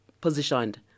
positioned